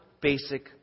basic